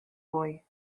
boy